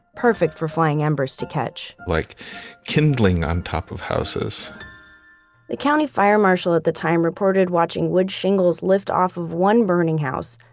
perfect for flying embers to catch like kindling on top of houses the county fire marshal at the time reported watching wood shingles lift off one burning house,